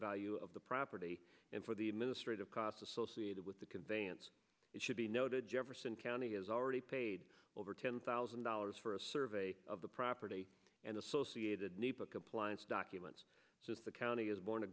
value of the property and for the administrative costs associated with the conveyance it should be noted jefferson county has already paid over ten thousand dollars for a survey of the property and associated nepa compliance documents with the county is borne a